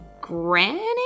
Granny